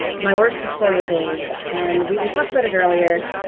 my worst dysphoria days. and we talked about it earlier,